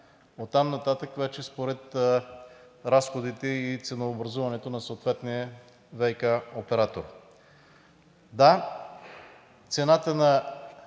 Оттам нататък – вече според разходите и ценообразуването на съответния ВиК оператор. Да, цената на